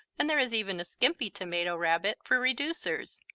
and there is even a skimpy tomato rabbit for reducers,